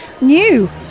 new